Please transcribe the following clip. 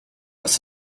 was